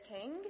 king